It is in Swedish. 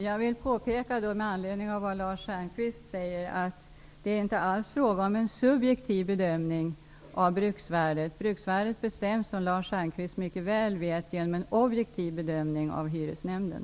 Fru talman! Jag vill med anledning av vad Lars Stjernkvist säger påpeka att det inte alls är fråga om en subjektiv bedömning av bruksvärdet. Som Lars Stjernkvist mycket väl vet bestäms bruksvärdet genom en objektiv bedömning av hyresnämnden.